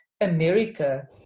America